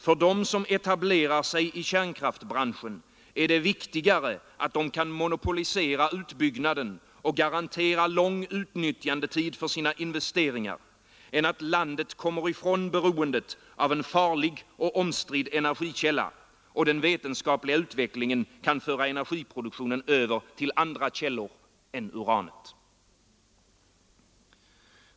För dem som etablerar sig i kärnkraftsbranschen är det viktigare att de kan monopolisera utbyggnaden och garantera lång utnyttjandetid för sina investeringar än att landet kommer ifrån beroendet av en farlig och omstridd energikälla och den vetenskapliga utvecklingen kan föra energiproduktionen över till andra källor än uranet.